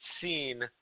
seen